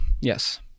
yes